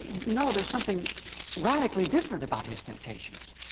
ah no, there's something radically different about his temptations.